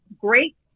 great